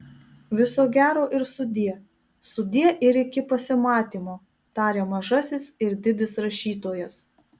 viso gero ir sudie sudie ir iki pasimatymo taria mažasis ir didis rašytojas